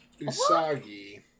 Usagi